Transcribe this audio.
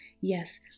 yes